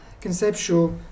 conceptual